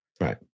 Right